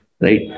Right